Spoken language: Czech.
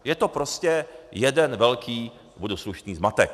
Je to prostě jeden velký, budu slušný, zmatek.